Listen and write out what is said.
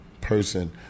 person